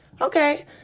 okay